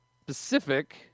specific